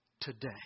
today